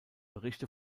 berichte